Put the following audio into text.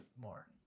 more